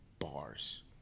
Bars